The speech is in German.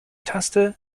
taste